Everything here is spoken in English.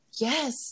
Yes